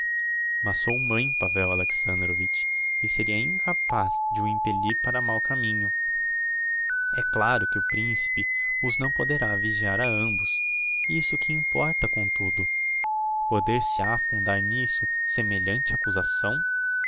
mas sou mãe pavel alexandrovitch e seria incapaz de o impellir para mau caminho é claro que o principe os não poderá vigiar a ambos isso que importa comtudo poder se ha fundar n'isso semelhante